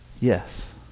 Yes